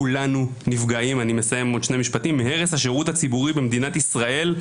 כולנו נפגעים מהרס השירות הציבורי במדינת ישראל.